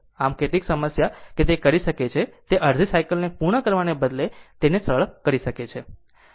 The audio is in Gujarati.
આમ કેટલીક સમસ્યા કે તે કરી શકે છે તે અડધી સાયકલ ને પૂર્ણ કરવાને બદલે તેને સરળ રીતે કરી શકે છે